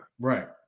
Right